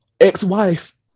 ex-wife